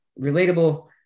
relatable